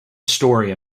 story